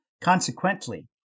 Consequently